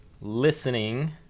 listening